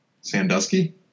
sandusky